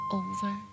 over